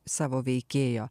savo veikėjo